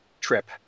trip